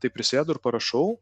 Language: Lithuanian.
tai prisėdu ir parašau